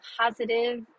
positive